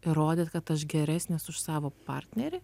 rodyt kad tas geresnis už savo partnerį